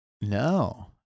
No